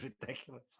ridiculous